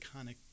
iconic